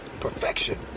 perfection